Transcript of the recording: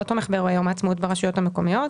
הוא לא תומך באירועי יום העצמאות ברשויות המקומיות.